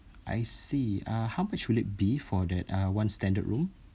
I see uh how much will it be for that uh one standard room